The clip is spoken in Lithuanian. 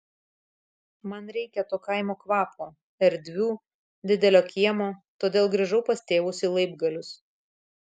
man reikia to kaimo kvapo erdvių didelio kiemo todėl grįžau pas tėvus į laibgalius